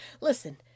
Listen